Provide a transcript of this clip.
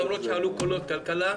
למרות שעלו קולות לגבי ועדת הכלכלה,